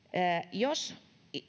jos